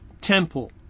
temple